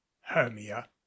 hermia